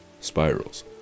spirals